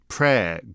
Prayer